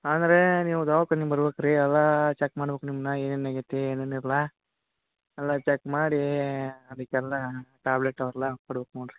ಅಂದ್ರೆ ನೀವು ದವಾಖಾನಿಗೆ ಬರ್ಬೇಕು ರೀ ಅದು ಚೆಕ್ ಮಾಡ್ಬೇಕು ನಿಮ್ಮನ್ನ ಏನೇನು ಆಗೈತಿ ಏನೇನಿಲ್ಲ ಎಲ್ಲ ಚೆಕ್ ಮಾಡಿ ಅದಕ್ಕೆಲ್ಲ ಟ್ಯಾಬ್ಲೆಟ್ ಅವೆಲ್ಲ ಕೊಡ್ಬೇಕು ನೋಡಿರಿ